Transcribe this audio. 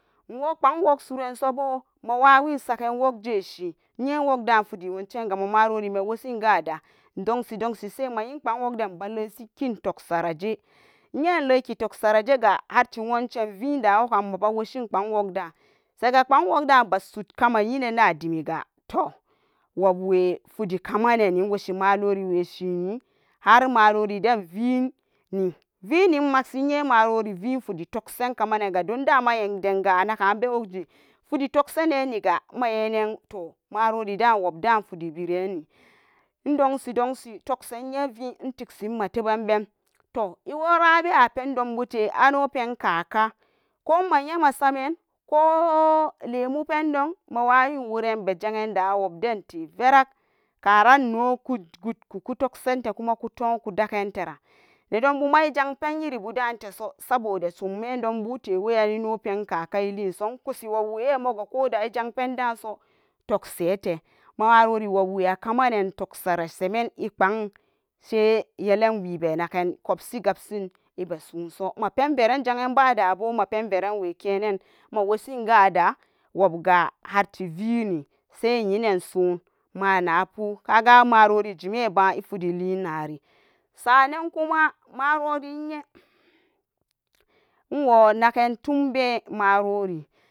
Nwo npang wogsoren sobo mawawin sagen wogje shi iye wogda fidiwoncega ma marorime wosin gada, idonsi donsi sai mayin npang wogden bale kin tugsara je iye ileki tugsarajega hatti woncen vida wogan maba woshin npang wogda sepa npang wogda ba sud kaman yinanna dimga toh, wobwe fidi kamanani iwoshi molariwe shine har maroriden vini, vini imagshi nye imagci iye marori vi fidi togsan kamananiga don dama denga anagana wogje fidi togsaneniga mayenan toh marorida wobda fidi vireni idonsi togsan inye vi intigsi matoban ben toh iwora abewa pendonbute ano penkaka ko ma nyema samen ko lemu pendon mawawin woren beja'anda wobdante verag karan inoku gudkun kutoksante kuma kuto dakenteran nedonbuma ijan pen irinbuda teso saboda sommedonbute ino penkaka iliso ikusi wobwe moga koda ijan pendaso toksiate, ma marori wobwe akamanen semen i npang she yelan wibe najen, kwabsi gabsin ibasoso ma oenveren ja'an badabo mapen verenwekenen mawasigada wobga harti vini sai yinan son, manapu kaga marori jemeba ifidili nari sa'anan kuma marori iye iwo nagantumbe marori.